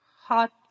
hot